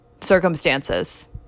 Circumstances